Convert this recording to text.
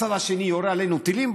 הצד השני יורה עלינו טילים,